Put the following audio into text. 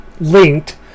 linked